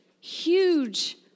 huge